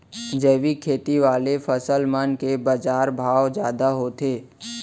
जैविक खेती वाले फसल मन के बाजार भाव जादा होथे